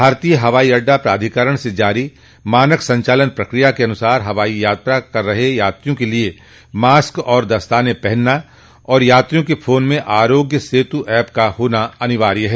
भारतीय हवाई अड्डा प्राधिकरण से जारी मानक संचालन प्रक्रिया के अनुसार हवाई यात्रा कर रहे यात्रियों के लिए मास्क और दस्ताने पहनना और यात्रियों के फोन में आरोग्य सेतु एप का होना अनिवार्य है